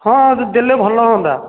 ହଁ ଦେଲେ ଭଲ ହୁଅନ୍ତା